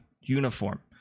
uniform